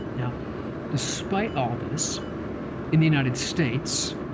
now despite all this in the united states,